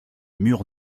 mur